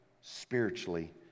spiritually